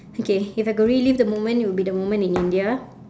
okay if I could relive the moment it would be the moment in india